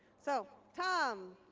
so tom.